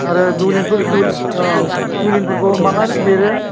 आरो दलिनफोर अ दलिनफोरखौ माला लिरो